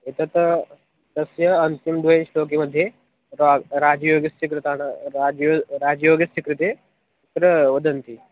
एतत् तस्य अन्तिमं द्वयि श्लोकमध्ये रा राजयोगस्य कृताण राजयोगस्य राजयोगस्य कृते तत्र वदन्ति